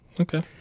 Okay